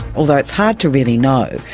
although it's hard to really know,